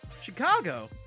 Chicago